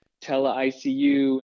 tele-ICU